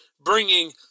bringing